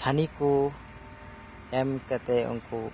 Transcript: ᱪᱷᱟᱹᱱᱤ ᱠᱚ ᱮᱢ ᱠᱟᱛᱮᱫ ᱩᱱᱠᱩ